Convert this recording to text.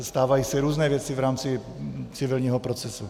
Stávají se různé věci v rámci civilního procesu.